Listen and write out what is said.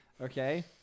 Okay